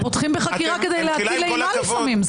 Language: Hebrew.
פותחים בחקירה כדי להטיל אימה לפעמים.